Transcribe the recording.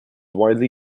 widely